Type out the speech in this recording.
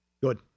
good